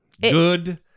Good